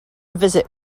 visit